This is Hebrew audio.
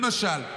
למשל,